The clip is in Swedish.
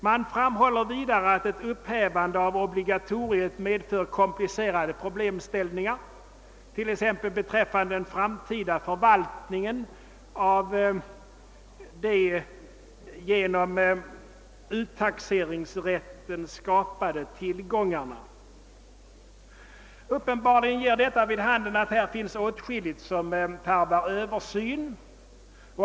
Man framhåller vidare att ett upphävande av obligatoriet medför komplicerade problem, t.ex. beträffande den framtida förvaltningen av de genom uttaxeringsrätten skapade tillgångarna. Detta ger uppenbarligen vid handen att det här finns åtskilligt som tarvar översyn.